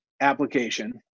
application